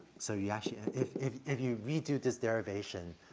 so you actually if, if, if you redo this derivation,